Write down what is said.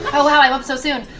oh wow, i'm up so soon!